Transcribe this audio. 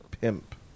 pimp